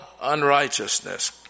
unrighteousness